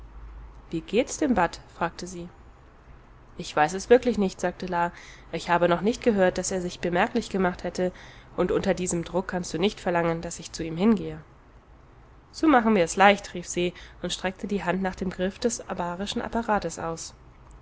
wie geht's dem bat fragte sie ich weiß es wirklich nicht sagte la ich habe noch nicht gehört daß er sich bemerklich gemacht hätte und unter diesem druck kannst du nicht verlangen daß ich zu ihm hingehe so machen wir es leicht rief se und streckte die hand nach dem griff des abarischen apparates aus